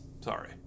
sorry